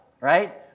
right